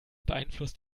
beeinflusst